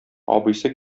абыйсы